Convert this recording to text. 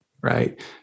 Right